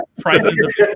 prices